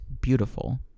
beautiful